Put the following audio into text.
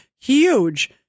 huge